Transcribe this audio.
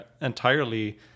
entirely